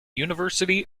university